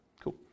Cool